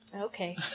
Okay